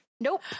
Nope